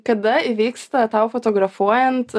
kada įvyksta tau fotografuojant